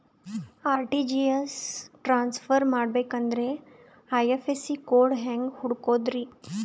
RTGS transfer ಮಾಡಬೇಕೆಂದರೆ IFSC code ಹೆಂಗ್ ಹುಡುಕೋದ್ರಿ?